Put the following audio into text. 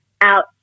out